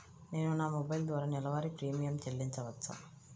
నేను నా మొబైల్ ద్వారా నెలవారీ ప్రీమియం చెల్లించవచ్చా?